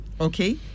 Okay